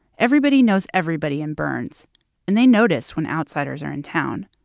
everybody knows everybody in burns and they notice when outsiders are in town.